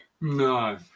No